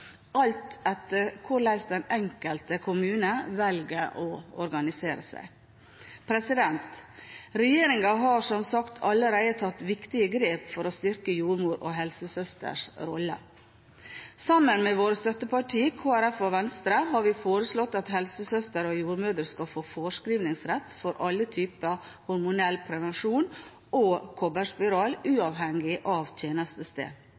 alt etter hvordan den enkelte kommune velger å organisere seg. Regjeringen har som sagt allerede tatt viktige grep for å styrke jordmors og helsesøsters rolle. Sammen med våre støttepartier, Kristelig Folkeparti og Venstre, har vi foreslått at helsesøstre og jordmødre skal få forskrivningsrett for alle typer hormonell prevensjon og kobberspiral, uavhengig av tjenestested.